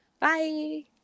Bye